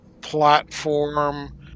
platform